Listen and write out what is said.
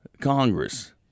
Congress